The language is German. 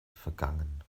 vergangen